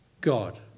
God